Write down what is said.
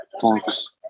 folks